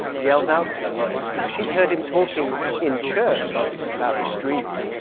yells out to him because she's heard him talking in church about this dream.